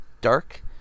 Dark